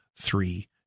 three